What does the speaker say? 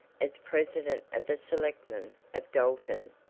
as president of the selectmen of dalton,